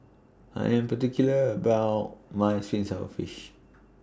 I Am particular about My Fish Sour Fish